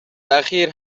اخیر